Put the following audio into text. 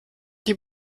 die